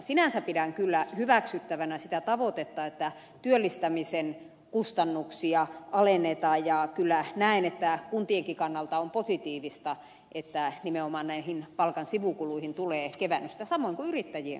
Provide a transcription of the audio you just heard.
sinänsä pidän kyllä hyväksyttävänä sitä tavoitetta että työllistämisen kustannuksia alennetaan ja kyllä näen että kuntienkin kannalta on positiivista että nimenomaan näihin palkan sivukuluihin tulee kevennystä samoin kuin yrittäjiä